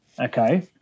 okay